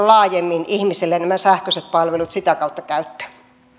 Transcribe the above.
laajemmin ihmisille nämä sähköiset palvelut sitä kautta käyttöön